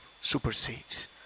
supersedes